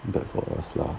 bad for us lah